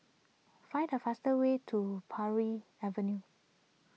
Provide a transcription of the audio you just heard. find the fastest way to Paris Avenue